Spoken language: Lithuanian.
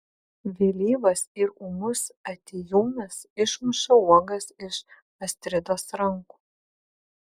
vėlyvas ir ūmus atėjūnas išmuša uogas iš astridos rankų